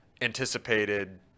anticipated